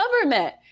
government